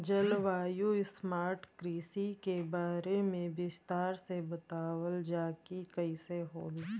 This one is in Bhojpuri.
जलवायु स्मार्ट कृषि के बारे में विस्तार से बतावल जाकि कइसे होला?